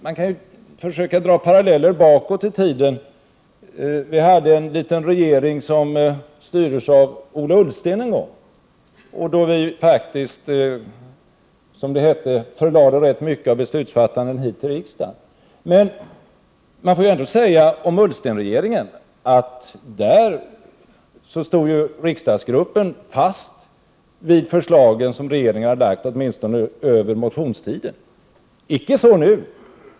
Man kan försöka dra paralleller bakåt i tiden. Vi hade en liten regering som styrdes av Ola Ullsten en gång, då man faktiskt, som det hette, förlade rätt mycket av beslutsfattandet till riksdagen. Man får ändå säga om Ullstenregeringen att riksdagsgruppen då stod fast vid de förslag som regeringen hade lagt fram, åtminstone över motionstiden. Icke så nu.